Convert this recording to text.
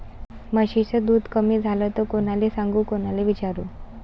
म्हशीचं दूध कमी झालं त कोनाले सांगू कोनाले विचारू?